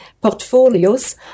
portfolios